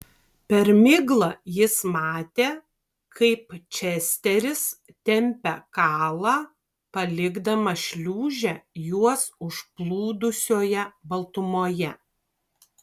per miglą jis matė kaip česteris tempia kalą palikdamas šliūžę juos užplūdusioje baltumoje